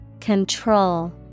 Control